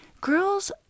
Girls